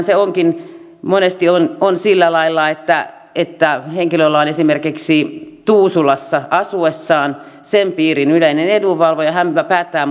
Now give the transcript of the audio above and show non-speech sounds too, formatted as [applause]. [unintelligible] se onkin monesti on sillä lailla että että henkilöllä on esimerkiksi tuusulassa asuessaan sen piirin yleinen edunvalvoja hän päättää [unintelligible]